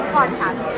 Podcast